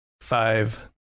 five